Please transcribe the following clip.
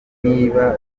niba